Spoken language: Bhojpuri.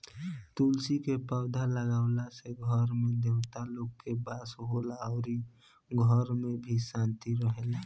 तुलसी के पौधा लागावला से घर में देवता लोग के वास होला अउरी घर में भी शांति रहेला